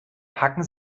packen